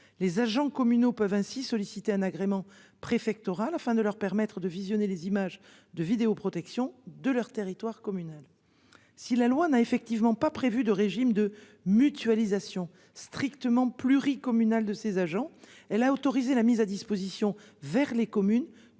Les agents communaux peuvent ainsi solliciter un agrément préfectoral afin de leur permettre de visionner les images de vidéoprotection de leur territoire communal. Si la loi n'a effectivement pas prévu de régime de mutualisation strictement pluri-communale de ses agents. Elle a autorisé la mise à disposition vers les communes